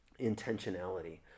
intentionality